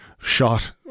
shot